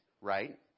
right